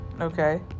okay